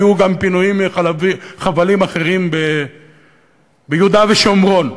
יהיו גם פינויים מחבלים אחרים ביהודה ושומרון,